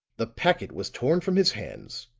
the packet was torn from his hands,